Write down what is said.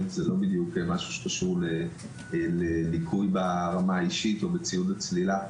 זה לא משהו שקשור לרמה האישית או לציוד הצלילה.